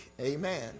Amen